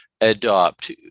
adopt